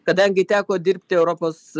kadangi teko dirbti europos